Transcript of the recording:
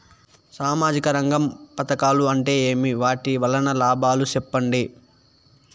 సామాజిక రంగం పథకాలు అంటే ఏమి? వాటి వలన లాభాలు సెప్పండి?